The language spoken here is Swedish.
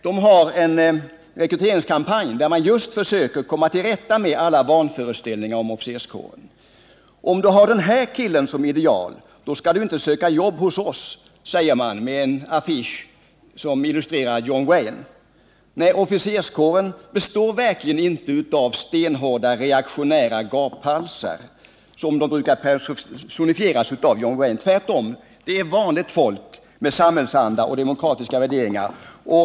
Man har en rekryteringskampanj där man försöker komma till rätta med alla vanföreställningar om officerskåren. Om du har den här killen som ideal, då skall du inte söka jobb hos oss, säger man på en affisch med John Wayne. Nej, officerskåren består verkligen inte av stenhårda, reaktionära gaphalsar, som John Wayne brukar personifiera. Tvärtom — det är vanligt folk med samhällsanda och demokratiska värderingar.